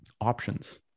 options